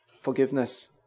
forgiveness